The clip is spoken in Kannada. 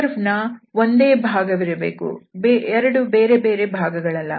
ಕರ್ವ್ನ ಒಂದೇ ಭಾಗವಿರಬೇಕು 2 ಬೇರೆ ಬೇರೆ ಭಾಗಗಳಲ್ಲ